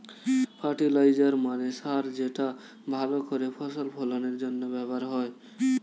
fertiliser মানে সার যেটা ভালো করে ফসল ফলনের জন্য ব্যবহার হয়